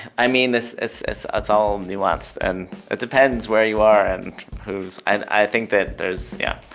i mean, this it's this it's all nuance. and it depends where you are and who's i think that there's yeah.